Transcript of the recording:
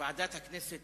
ועדת כנסת